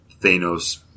Thanos